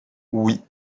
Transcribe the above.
oui